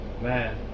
man